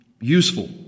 useful